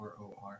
ROR